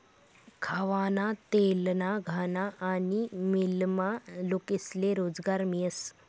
खावाना तेलना घाना आनी मीलमा लोकेस्ले रोजगार मियस